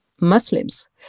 Muslims